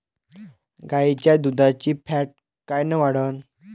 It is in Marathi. गाईच्या दुधाची फॅट कायन वाढन?